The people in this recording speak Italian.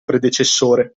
predecessore